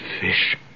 fish